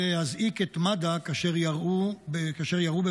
ולהזעיק את מד"א כאשר ירו בבעלה.